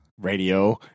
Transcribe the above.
radio